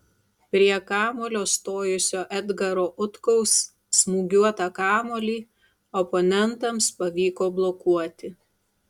prie kamuolio stojusio edgaro utkaus smūgiuotą kamuolį oponentams pavyko blokuoti